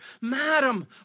Madam